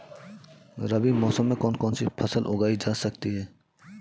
रबी मौसम में कौन कौनसी फसल उगाई जा सकती है?